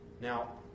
Now